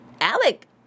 Alec